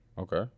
okay